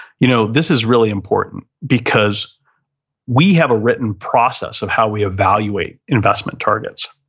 you know this is really important, because we have a written process of how we evaluate investment targets.